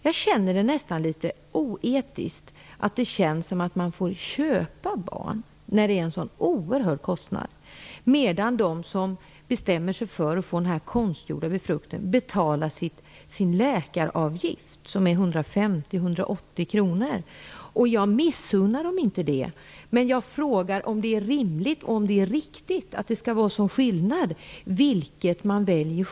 Jag tycker nästan att det är oetiskt, att det känns som att köpa barn, när det är en så oerhörd kostnad. De som däremot bestämmer sig för att få konstgjord befruktning betalar sin läkaravgift, som är 150 180 kr. Jag missunnar dem inte det, men jag frågar om det är rimligt och riktigt att det skall vara en så stor skillnad beroende på vad man väljer.